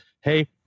Hey